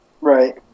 Right